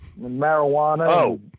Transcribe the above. marijuana